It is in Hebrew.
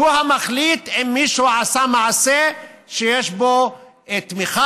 הוא המחליט אם מישהו עשה מעשה שיש בו תמיכה